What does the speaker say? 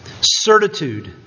Certitude